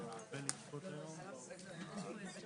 בשעה 11:55.